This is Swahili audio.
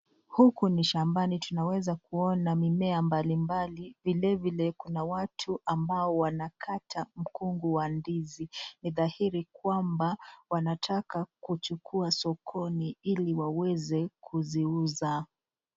Huku ni shambani tunaweza kuona mimea mbalimbali. Vile vile kuna watu ambao wanakata mkungu wa ndizi. Ni dhahiri kwamba wanataka kuchukua sokoni ili waweze kuziuza.